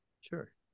sure